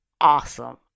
awesome